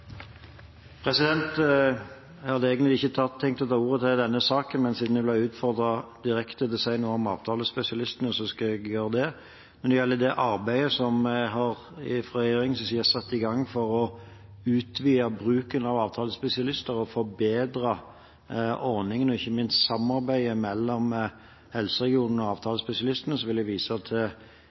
Jeg hadde egentlig ikke tenkt å ta ordet i denne saken, men siden jeg ble utfordret direkte til å si noe om avtalespesialistene, skal jeg gjøre det. Når det gjelder det arbeidet som jeg fra regjeringens side har satt i gang for å utvide bruken av avtalespesialister og forbedre ordningen og ikke minst samarbeidet mellom helseregionene og avtalespesialistene, vil jeg vise